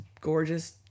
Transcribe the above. gorgeous